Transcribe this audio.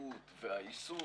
הבקיאות והעיסוק,